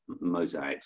mosaics